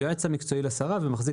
היועץ המקצועי לשרה.